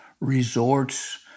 resorts